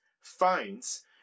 finds